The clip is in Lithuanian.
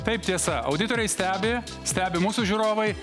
taip tiesa auditoriai stebi stebi mūsų žiūrovai